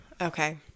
Okay